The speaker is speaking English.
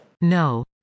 No